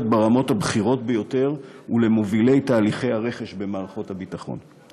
ברמות הבכירות ביותר ושל מובילי תהליכי הרכש במערכות הביטחון.